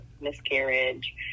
miscarriage